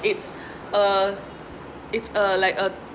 it's a it's a like a